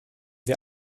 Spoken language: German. wir